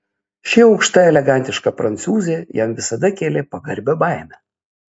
ši aukšta elegantiška prancūzė jam visada kėlė pagarbią baimę